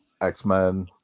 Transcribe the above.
X-Men